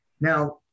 Now